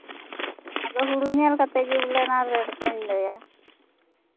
ᱟᱫᱚ ᱦᱩᱲᱩ ᱧᱮᱞ ᱠᱟᱛᱮᱫ ᱜᱮ ᱵᱚᱞᱮ ᱚᱱᱟ ᱨᱮᱹᱴ ᱫᱩᱧ ᱞᱟᱹᱭᱟ